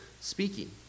speaking